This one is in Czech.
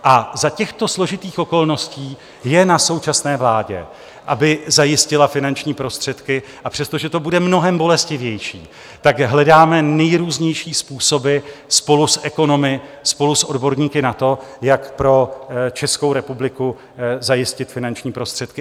A za těchto složitých okolností je na současné vládě, aby zajistila finanční prostředky, a přestože to bude mnohem bolestivější, hledáme nejrůznější způsoby spolu s ekonomy, spolu s odborníky na to, jak pro Českou republiku zajistit finanční prostředky.